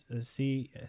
see